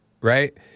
right